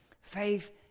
Faith